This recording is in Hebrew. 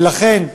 ולכן,